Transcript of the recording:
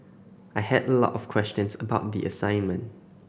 I had a lot of questions about the assignment